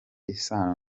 isano